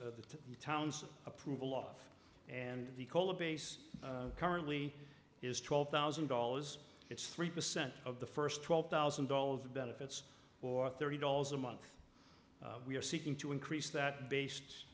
the towns approval off and the cola base currently is twelve thousand dollars it's three percent of the first twelve thousand dollars of benefits or thirty dollars a month we are seeking to increase that based